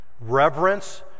Reverence